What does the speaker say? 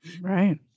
right